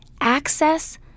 access